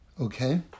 Okay